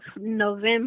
November